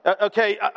Okay